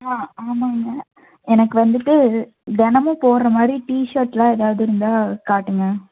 ஆ ஆமாங்க எனக்கு வந்துட்டு தினமும் போடுற மாதிரி டீஷர்டெலாம் எதாவது இருந்தால் காட்டுங்க